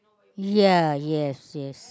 ya yes yes